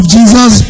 Jesus